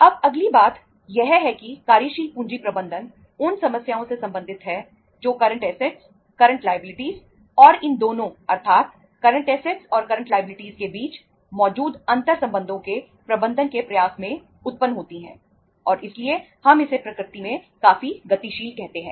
अब अगली बात यह है कि कार्यशील पूंजी प्रबंधन उन समस्याओं से संबंधित है जो करंट ऐसेटस के बीच मौजूद अंतरसंबंधों के प्रबंधन के प्रयास में उत्पन्न होती हैं और इसीलिए हम इसे प्रकृति में काफी गतिशील कहते हैं